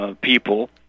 people